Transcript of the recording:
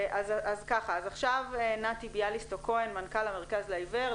עכשיו נתי ביאליסטוק כהן מנכ"ל המרכז לעיוור,